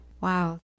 wow